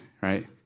right